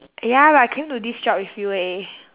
ya but I came to this job with you eh